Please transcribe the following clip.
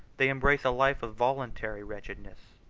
they embrace a life of voluntary wretchedness.